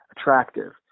attractive